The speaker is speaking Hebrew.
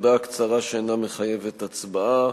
הודעה קצרה שאינה מחייבת הצבעה.